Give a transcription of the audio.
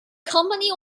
company